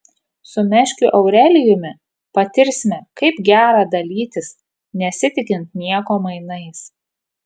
su meškiu aurelijumi patirsime kaip gera dalytis nesitikint nieko mainais